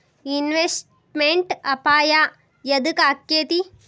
Investment ಅಪಾಯಾ ಯದಕ ಅಕ್ಕೇತಿ?